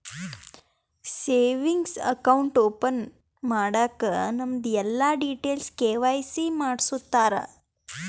savings account open ಮಾಡಾಗ್ ನಮ್ದು ಎಲ್ಲಾ ಡೀಟೇಲ್ಸ್ ಕೆ.ವೈ.ಸಿ ಮಾಡುಸ್ತಾರ್